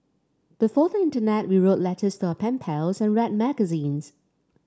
before the internet we wrote letters to our pen pals and read magazines